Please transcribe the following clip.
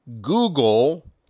Google